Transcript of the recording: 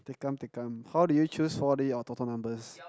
tikam tikam how do you choose four D or Toto numbers